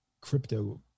crypto